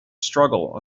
struggle